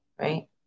right